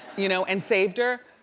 you know, and saved her.